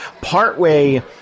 partway